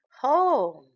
home